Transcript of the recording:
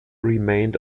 remained